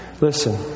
Listen